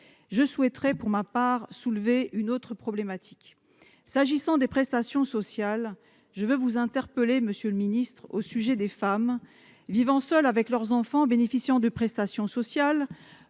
Je souhaiterais, pour ma part, soulever une autre problématique en matière de prestations sociales. Je veux vous interpeller, monsieur le ministre, au sujet des femmes vivant seules avec leurs enfants et bénéficiant de prestations sociales.